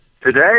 Today